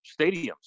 stadiums